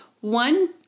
one